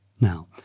Now